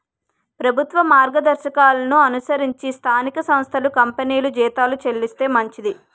ప్రభుత్వ మార్గదర్శకాలను అనుసరించి స్థానిక సంస్థలు కంపెనీలు జీతాలు చెల్లిస్తే మంచిది